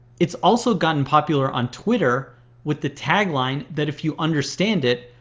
it's also gotten popular on twitter with the tagline that if you understand it,